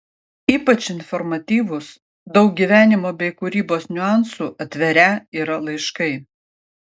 ypač informatyvūs daug gyvenimo bei kūrybos niuansų atverią yra laiškai